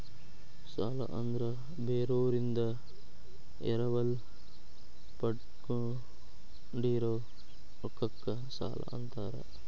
ಸಾಲ ಅಂದ್ರ ಬೇರೋರಿಂದ ಎರವಲ ಪಡ್ಕೊಂಡಿರೋ ರೊಕ್ಕಕ್ಕ ಸಾಲಾ ಅಂತಾರ